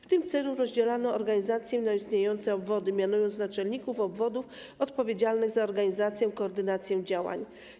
W tym celu rozdzielono organizację na istniejące obwody, mianując naczelników obwodów odpowiedzialnych za organizację i koordynację działań.